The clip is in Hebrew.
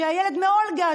הילד מאולגה,